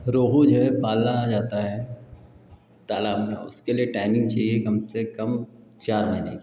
रोहू है पाला जाता है तालाब में उसके लिए टाइमिन्ग चाहिए कम से कम चार महीने